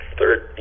Third